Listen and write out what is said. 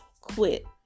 quit